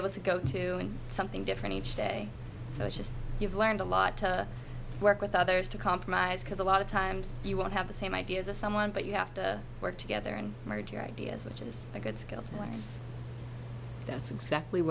able to go to something different each day so it's just you've learned a lot to work with others to compromise because a lot of times you won't have the same ideas as someone but you have to work together and merge your ideas which is a good skill and once that's exactly